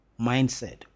mindset